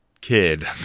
kid